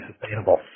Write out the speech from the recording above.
sustainable